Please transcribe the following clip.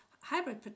hybrid